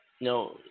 No